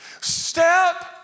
step